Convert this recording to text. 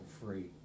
free